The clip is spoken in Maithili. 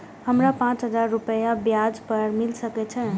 हमरा पाँच हजार रुपया ब्याज पर मिल सके छे?